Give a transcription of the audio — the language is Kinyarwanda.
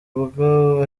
ubwo